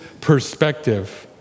perspective